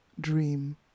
dream